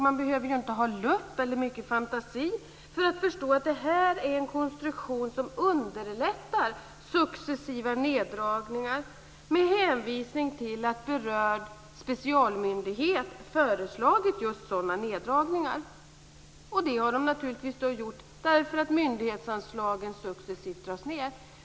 Jag behöver inte ha lupp eller mycket fantasi för att förstå att det är en konstruktion som underlättar successiva neddragningar, med hänvisning till att berörd specialmyndighet föreslagit just sådana neddragningar. Det har den naturligtvis gjort därför att myndighetsanslagen successivt dras ned.